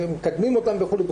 מקדמים אותם וכו'.